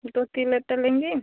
दो तीन लीटर लेंगी